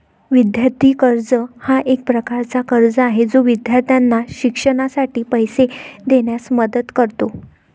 विद्यार्थी कर्ज हा एक प्रकारचा कर्ज आहे जो विद्यार्थ्यांना शिक्षणासाठी पैसे देण्यास मदत करतो